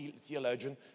theologian